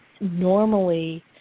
normally